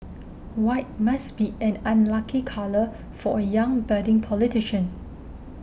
white must be an unlucky colour for a young budding politician